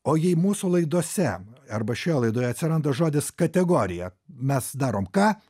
o jei mūsų laidose arba šioje laidoje atsiranda žodis kategorija mes darom ką